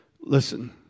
listen